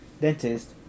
dentist